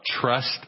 trust